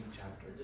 chapter